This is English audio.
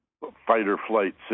fight-or-flight